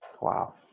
Wow